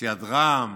סיעת רע"מ